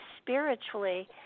spiritually